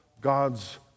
God's